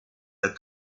the